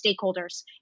stakeholders